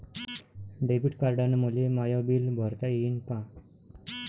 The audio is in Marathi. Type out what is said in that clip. डेबिट कार्डानं मले माय बिल भरता येईन का?